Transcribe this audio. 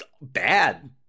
bad